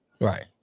Right